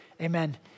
Amen